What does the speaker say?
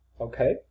Okay